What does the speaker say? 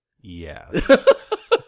yes